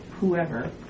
whoever